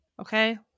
okay